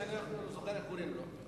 שאני לא זוכר איך קוראים לו.